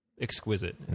exquisite